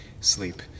sleep